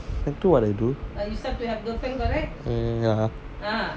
sec~ two what I do (mmhmm)ya